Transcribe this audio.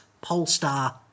Polestar